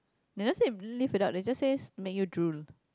they never say live without they just says make you drool